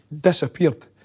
disappeared